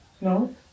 No